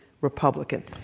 Republican